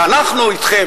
ואנחנו אתכם.